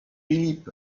filip